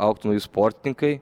augtų nauji sportininkai